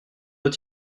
doit